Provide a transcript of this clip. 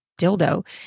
dildo